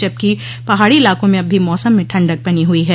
जबकि पहाड़ी इलाकों में अब भी मौसम में ठण्डक बनी हई है